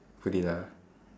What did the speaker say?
ah